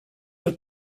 your